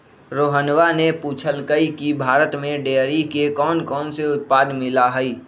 रोहणवा ने पूछल कई की भारत में डेयरी के कौनकौन से उत्पाद मिला हई?